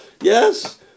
Yes